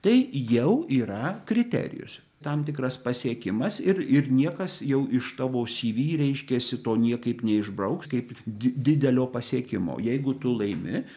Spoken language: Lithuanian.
tai jau yra kriterijus tam tikras pasiekimas ir ir niekas jau iš tavo cv reiškiasi to niekaip neišbrauks kaip di didelio pasiekimo jeigu tu laimi